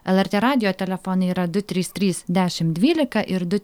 lrt radijo telefonai yra du trys trys dešimt dvylika ir du